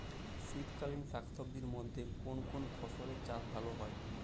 শীতকালীন শাকসবজির মধ্যে কোন কোন ফসলের চাষ ভালো হয়?